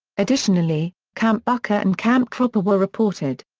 additionally, camp bucca and camp cropper were reported.